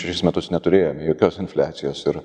šešis metus neturėjome jokios infliacijos ir